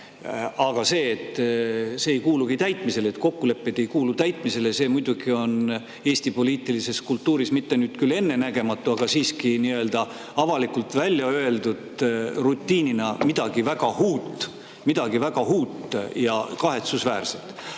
Aga see, et see ei kuulugi täitmisele, et kokkulepped ei kuulu täitmisele, ei ole muidugi Eesti poliitilises kultuuris mitte küll ennenägematu, aga siiski avalikult välja öeldud rutiinina midagi väga uut – midagi väga